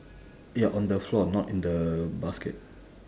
ya on the floor not in the basket